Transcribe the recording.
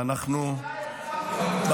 גם טייב.